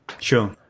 Sure